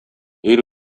hiru